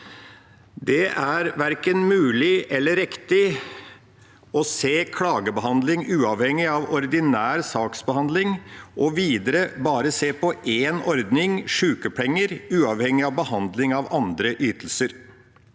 Det er verken mulig eller riktig å se klagebehandling uavhengig av ordinær saksbehandling og videre bare å se på én ordning – sykepenger – uavhengig av behandling av andre ytelser.